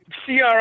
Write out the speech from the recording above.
CRI